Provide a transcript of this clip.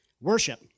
worship